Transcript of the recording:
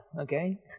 okay